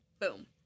Boom